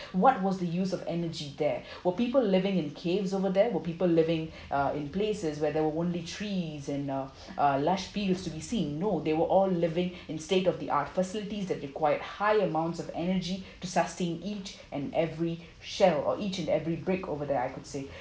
what was the use of energy there were people living in caves over there were people living uh in places where there were only trees and uh large to be seen no they were all living in state of the art facilities that require high amounts of energy to sustain each and every shell or each and every break over there I could say